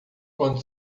quando